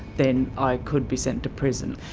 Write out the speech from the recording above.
then i could be sent to prison.